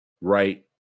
right